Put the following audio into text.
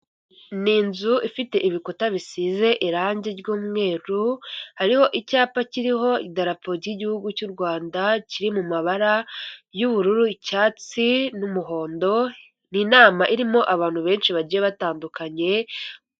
Ni inzu ifite ibikuta bisize irangi ry'umweru, hariho icyapa kiriho idarapo ryi'igihugu cy'u Rwanda kiri mu mabara y'ubururu, icyatsi, n'umuhondo, ni inama irimo abantu benshi bagiye batandukanye,